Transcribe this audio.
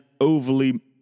overly